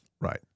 Right